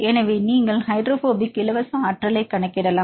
எனவே நீங்கள் ஹைட்ரோபோபிக் இலவச ஆற்றல் கணக்கிடலாம்